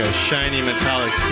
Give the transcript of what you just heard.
shiny metallic